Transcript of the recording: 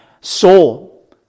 soul